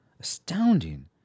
Astounding